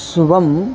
स्वम्